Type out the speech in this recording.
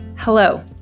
Hello